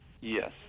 Yes